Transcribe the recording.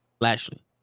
Lashley